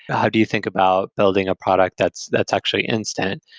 how do you think about building a product that's that's actually instant?